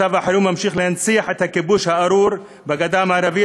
מצב החירום ממשיך להנציח את הכיבוש הארור בגדה המערבית,